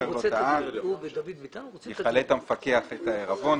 הפר לא טען, יחלט המפקח את העירבון.